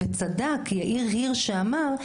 וצדק יאיר הירש שאמר,